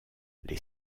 les